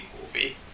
movie